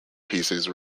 pieces